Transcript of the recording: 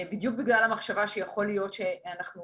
בדיוק בגלל המחשבה שיכול להיות שאנחנו